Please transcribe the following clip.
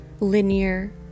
linear